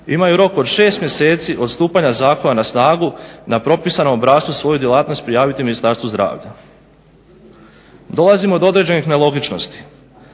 imaju rok od 6 mjeseci od stupanja Zakona na snagu na propisanom obrascu svoju djelatnost prijaviti Ministarstvu zdravlja. Dolazimo do određenih nelogičnosti.